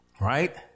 right